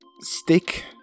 stick